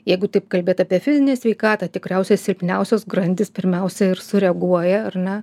jeigu taip kalbėt apie fizinę sveikatą tikriausiai silpniausios grandys pirmiausia ir sureaguoja ar ne